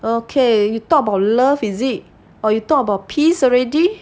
okay you talk about love is it or you talk about peace already